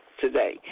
today